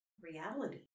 reality